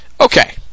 Okay